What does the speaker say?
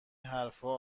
حرفها